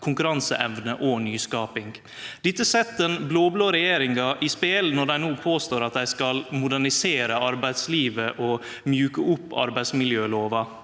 konkurranseevne og nyskaping. Dette set den blå-blå regjeringa i spel når dei no påstår at dei skal modernisere arbeidslivet og mjuke opp arbeidsmiljølova.